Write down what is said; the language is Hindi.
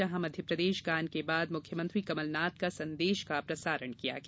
जहां मध्यप्रदेश गान के बाद मुख्यमंत्री कमलनाथ का संदेश का प्रसारण किया गया